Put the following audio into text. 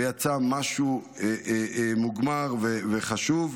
ויצא משהו מוגמר וחשוב.